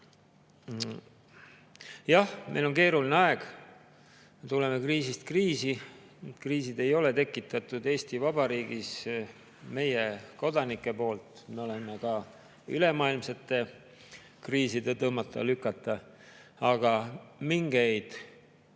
Jah, meil on keeruline aeg. Käime kriisist kriisi. Kriisid ei ole tekitatud Eesti Vabariigis meie kodanike poolt, me oleme ka ülemaailmsete kriiside tõmmata-lükata. Aga mingeid